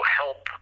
help